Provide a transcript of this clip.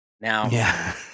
Now